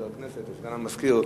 שמזכיר הכנסת וסגן המזכיר,